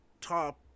top